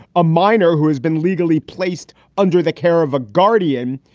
a minor who has been legally placed under the care of a guardian.